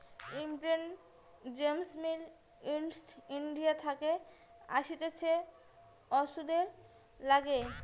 crepe jasmine East India থাকে আসতিছে ওষুধে লাগে